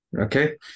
Okay